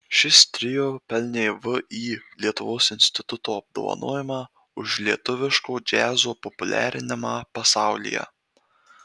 šis trio pelnė vį lietuvos instituto apdovanojimą už lietuviško džiazo populiarinimą pasaulyje